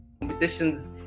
competitions